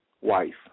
wife